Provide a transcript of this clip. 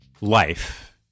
life